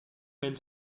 mêle